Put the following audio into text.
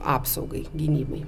apsaugai gynybai